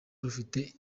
rufite